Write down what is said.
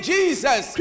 Jesus